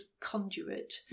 conduit